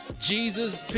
Jesus